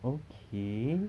okay